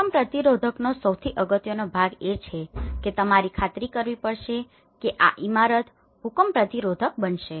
ભૂકંપ પ્રતિરોધકનો સૌથી અગત્યનો ભાગ એ છે કે તમારે ખાતરી કરવી પડશે કે આ ઈમારત ભૂકંપ પ્રતિરોધક બનશે